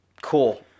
cool